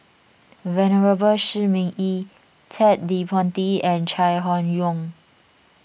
Venerable Shi Ming Yi Ted De Ponti and Chai Hon Yoong